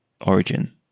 Origin